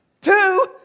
Two